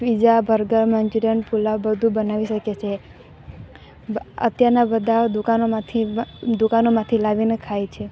pizza burger Manchurian પુલાવ બધુ બનાવી શકે છે અત્યારના બધા દુકાનોમાંથી દુકાનોમાંથી લાવીને ખાય છે